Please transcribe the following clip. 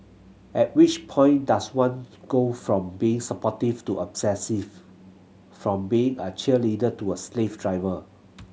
at which point does one go from being supportive to obsessive from being a cheerleader to a slave driver